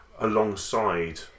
alongside